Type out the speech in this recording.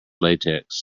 latex